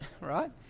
right